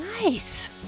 nice